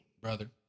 brother